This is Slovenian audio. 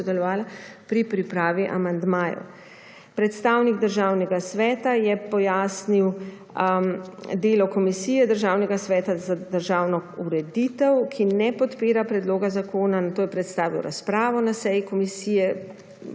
sodelovala pri pripravi amandmajev. Predstavnik Državnega sveta je pojasnil delo Komisije Državnega sveta za državno ureditev, ki ne podpira predloga zakona. Nato je predstavil razpravo na seji komisije,